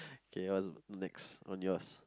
okay what's next on yours